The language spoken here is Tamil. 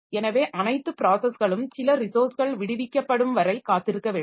எனவே அனைத்து ப்ராஸஸ்களும் சில ரிசோர்ஸ்கள் விடுவிக்கப்படும் வரை காத்திருக்க வேண்டும்